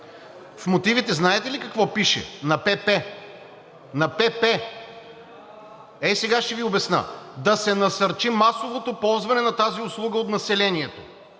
В мотивите знаете ли какво пише – на ПП, на ПП?! Ей сега ще Ви обясня – да се насърчи масовото ползване на тази услуга от населението.